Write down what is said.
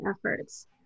efforts